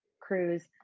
crews